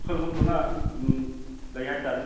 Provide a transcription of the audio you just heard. ꯃꯈꯜ ꯑꯍꯨꯝꯊꯣꯛꯅ ꯂꯩ ꯍꯥꯏꯇꯥꯔꯦ